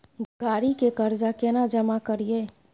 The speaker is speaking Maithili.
गाड़ी के कर्जा केना जमा करिए?